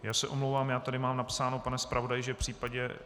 Já se omlouvám, já tady mám napsáno, pane zpravodaji, že v případě...